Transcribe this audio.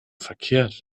verkehrt